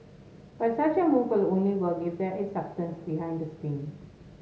but such a move will only work if there is substance behind the spin